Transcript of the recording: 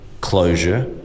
closure